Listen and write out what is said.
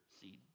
seed